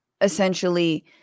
essentially